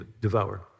devour